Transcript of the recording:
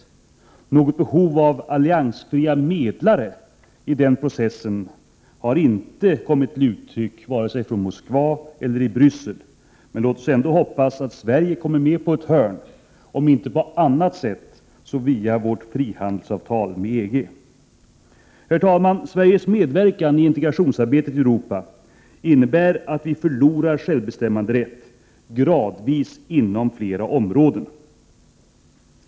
Något behov av alliansfria medlare i den processen har det inte kommit uttryck för från vare sig Moskva eller Bryssel. Låt oss ändå hoppas att Sverige kommer med på ett hörn — om inte på annat sätt så via vårt frihandelsavtal med EG. Herr talman! Sveriges medverkan i integrationsarbetet i Europa innebär att vi förlorar självbestämmanderätt gradvis inom flera områden.